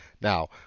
Now